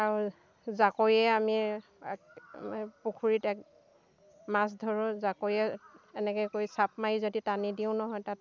আৰু জাকৈয়ে আমি পুখুৰীত মাছ ধৰোঁ জাকৈয়ে এনেকৈ কৰি চাব মাৰি যদি টানি দিওঁ নহয় তাত